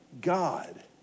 God